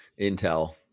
intel